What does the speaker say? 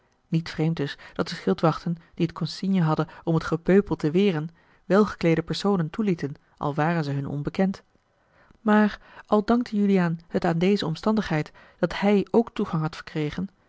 niet vreemd dus dat de schildwachten die het consigne hadden om het gepeupel te weren welgekleede personen toelieten al waren ze hun onbekend maar al dankte juliaan het aan deze omstandigheid dat hij ook toegang had verkregen